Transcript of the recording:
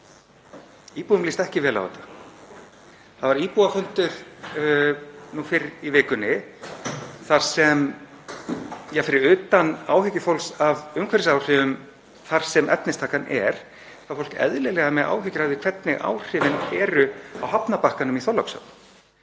Íbúum líst ekki vel á þetta, það var íbúafundur nú fyrr í vikunni. Fyrir utan áhyggjur fólks af umhverfisáhrifum þar sem efnistakan er þá er fólk eðlilega með áhyggjur af því hvernig áhrifin eru á hafnarbakkanum í Þorlákshöfn